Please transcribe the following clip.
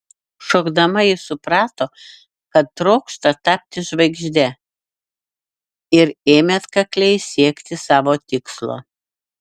šokdama ji suprato kad trokšta tapti žvaigžde ir ėmė atkakliai siekti savo tikslo